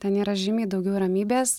ten yra žymiai daugiau ramybės